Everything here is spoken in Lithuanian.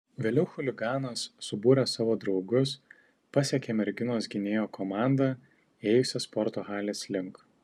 vėliau chuliganas subūręs savo draugus pasekė merginos gynėjo komandą ėjusią sporto halės link